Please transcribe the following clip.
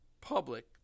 public